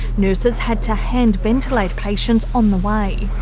nurses had to hand-ventilate patients on the way.